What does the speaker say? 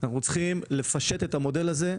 אנחנו צריכים לפשט את המודל הזה,